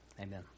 Amen